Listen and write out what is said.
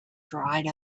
dried